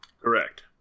Correct